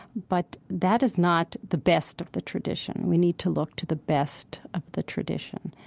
but that is not the best of the tradition. we need to look to the best of the tradition,